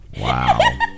Wow